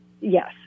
yes